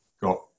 got